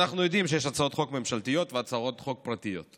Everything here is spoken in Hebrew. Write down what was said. אנחנו יודעים שיש הצעות חוק ממשלתיות והצעות חוק פרטיות.